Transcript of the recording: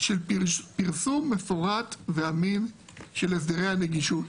של פרסום מפורט ואמין של הסדרי הנגישות.